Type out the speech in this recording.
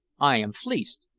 i am fleeced.